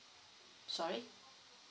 sorry